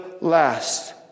last